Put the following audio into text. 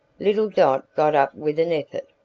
little dot got up with an effort.